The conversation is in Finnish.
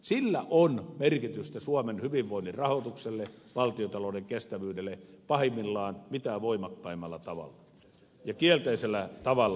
sillä on merkitystä suomen hyvinvoinnin rahoitukselle valtiontalouden kestävyydelle pahimmillaan mitä voimakkaimmalla tavalla ja nimenomaan kielteisellä tavalla